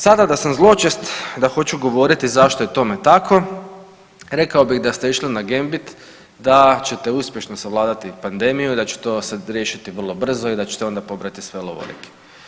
Sada da sam zločest, da hoću govoriti zašto je tome tako rekao bih da ste išli na gambit da ćete uspješno savladati pandemiju i da će to sad riješiti vrlo brzo i da ćete onda pobrati sve lovorike.